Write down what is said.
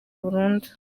burundu